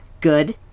Good